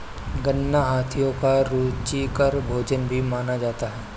गन्ना हाथियों का रुचिकर भोजन भी माना जाता है